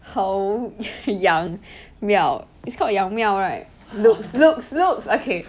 好杨妙 it's called 杨妙 right looks looks looks okay